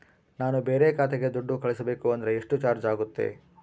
ನಾನು ಬೇರೆ ಖಾತೆಗೆ ದುಡ್ಡು ಕಳಿಸಬೇಕು ಅಂದ್ರ ಎಷ್ಟು ಚಾರ್ಜ್ ಆಗುತ್ತೆ?